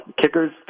kickers